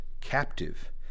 captive